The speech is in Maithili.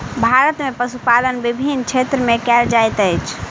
भारत में पशुपालन विभिन्न क्षेत्र में कयल जाइत अछि